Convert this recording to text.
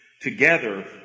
together